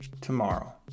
tomorrow